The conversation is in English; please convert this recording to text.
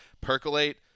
percolate